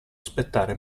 aspettare